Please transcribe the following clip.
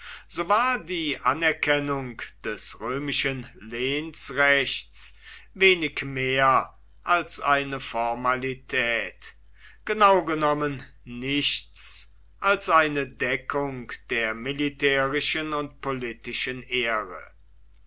so war die anerkennung des römischen lehnsrechts wenig mehr als eine formalität genau genommen nichts als eine deckung der militärischen und politischen ehre